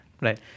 Right